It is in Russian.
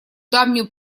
давнюю